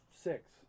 six